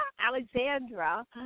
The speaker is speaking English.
Alexandra